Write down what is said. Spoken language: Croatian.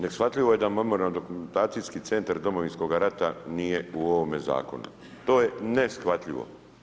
Neshvatljivo je da Memorijalno dokumentacijski centar iz Domovinskoga rata nije u ovome zakonu, to je neshvatljivo.